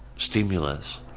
stimulus